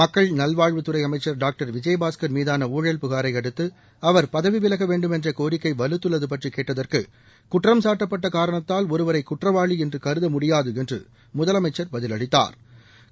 மக்கள் நல்வாழ்வுத்துறை அமைச்சள் டாக்டர் விஜயபாஸ்கள் மீதாள ஊழல் புகாரை அடுத்து அவர் பதவி விலக வேண்டுமென்ற கோரிக்கை வலுத்துள்ளது பற்றி கேட்டதற்கு குற்றம்சாட்டப்பட்ட காரணத்தால் ஒருவரை குற்றவாளி என்று கருத முடியாது என்று முதலமைச்சா் பதிலளித்தாா்